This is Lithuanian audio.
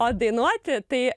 o dainuoti tai e